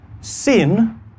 Sin